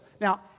Now